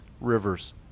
rivers